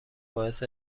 باعث